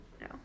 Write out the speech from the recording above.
no